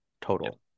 total